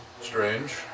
Strange